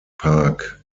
park